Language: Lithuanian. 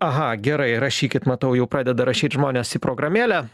aha gerai rašykit matau jau pradeda rašyt žmonės į programėlę